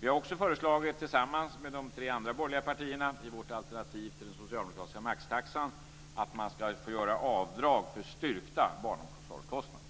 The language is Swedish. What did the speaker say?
Vi har också föreslagit, tillsammans med de tre andra borgerliga partierna i vårt alternativ till den socialdemokratiska maxtaxan, att man ska få göra avdrag för styrkta barnomsorgskostnader.